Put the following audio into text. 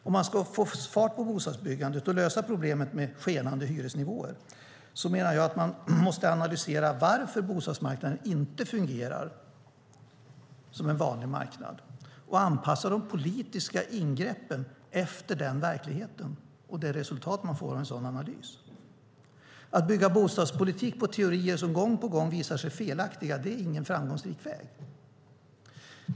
Om man ska få fart på bostadsbyggandet och lösa problemet med skenande hyresnivåer menar jag att man måste analysera varför bostadsmarknaden inte fungerar som en vanlig marknad och anpassa de politiska ingreppen efter den verkligheten och det resultat man får av en sådan analys. Att bygga bostadspolitik på teorier som gång på gång visar sig felaktiga är ingen framgångsrik väg.